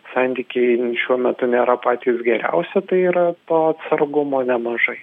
santykiai šiuo metu nėra patys geriausi tai yra to atsargumo nemažai